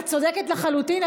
את צודקת לחלוטין,